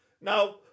Now